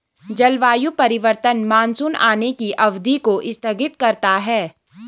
जलवायु परिवर्तन मानसून आने की अवधि को स्थगित करता है